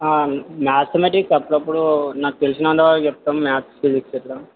mathematics అప్పుడప్పుడు నాకు తెలిసినంత వరకు చెప్తాం మాథ్స్ ఫిజిక్స్ ఇట్లా